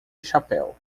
chapéu